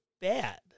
bad